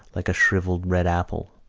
like a shrivelled red apple,